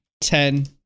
ten